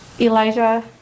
Elijah